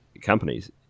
companies